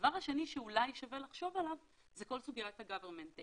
הדבר השני שאולי שווה לחשוב עליו זה כל סוגיית ה-government take,